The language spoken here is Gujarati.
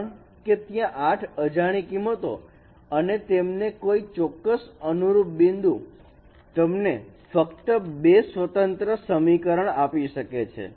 કારણ કે ત્યાં 8 અજાણી કિંમતો અને તેમને કોઈ ચોક્કસ અનુરૂપ બિંદુ તમને ફક્ત બે સ્વતંત્ર સમીકરણ આપી શકે છે